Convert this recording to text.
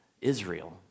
Israel